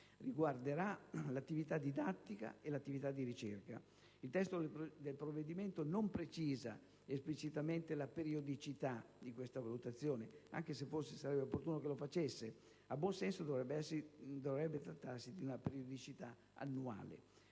Il testo del provvedimento non precisa esplicitamente la periodicità di questa valutazione (anche se forse sarebbe opportuno che lo facesse); a buon senso, dovrebbe trattarsi di una periodicità annuale.